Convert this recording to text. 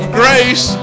grace